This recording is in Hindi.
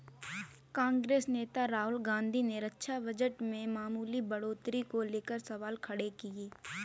कांग्रेस नेता राहुल गांधी ने रक्षा बजट में मामूली बढ़ोतरी को लेकर सवाल खड़े किए थे